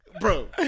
bro